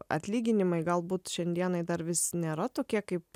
atlyginimai galbūt šiandienai dar vis nėra tokie kaip